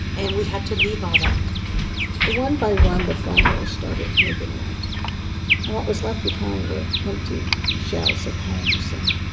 and we had to leave all that one by one. the family started moving out and what was left behind were empty shells of homes and